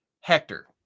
Hector